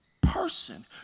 person